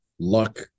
luck